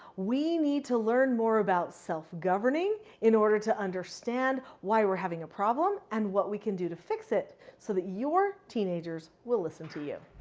we need to learn more about self-governing in order to understand why we're having a problem and what we can do to fix it so that your teenagers will listen to you.